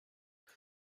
then